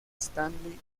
stanley